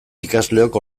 ikasleok